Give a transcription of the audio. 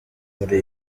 muri